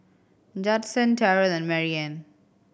Judson Terrell and Marianne